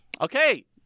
Okay